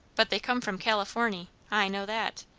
but they come from californy i know that.